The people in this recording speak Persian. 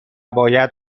باید